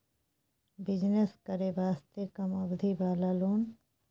Business करे वास्ते कम अवधि वाला लोन?